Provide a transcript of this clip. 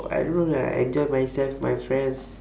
I don't know lah I enjoy myself with my friends